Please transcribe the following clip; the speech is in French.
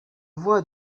voix